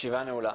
הישיבה נעולה.